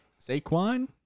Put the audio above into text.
Saquon